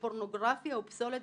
כמו בפאזל,